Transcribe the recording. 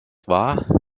war